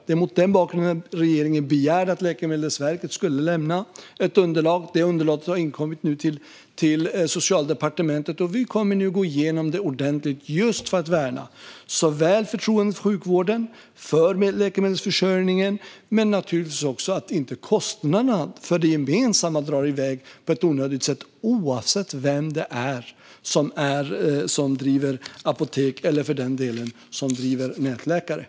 Det är mot den bakgrunden regeringen har begärt att Läkemedelsverket ska lämna ett underlag. Det underlaget har inkommit till Socialdepartementet. Vi kommer nu att gå igenom det ordentligt, just för att värna förtroendet för sjukvården och läkemedelsförsörjningen men naturligtvis också så att kostnaderna för det gemensamma inte drar iväg på ett onödigt sätt oavsett vem det är som driver apotek eller för den delen driver nätläkarföretag.